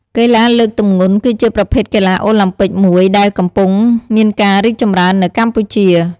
កីឡាលើកទម្ងន់ គឺជាប្រភេទកីឡាអូឡាំពិកមួយដែលកំពុងមានការរីកចម្រើននៅកម្ពុជា។